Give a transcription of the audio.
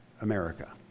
America